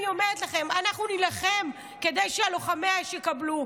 אני אומרת לכם: אנחנו נילחם כדי שלוחמי האש יקבלו.